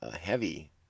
heavy